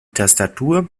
tastatur